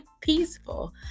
peaceful